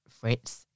fritz